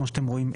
כמו שאתם רואים,